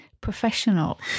Professional